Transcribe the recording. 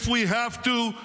If we have to,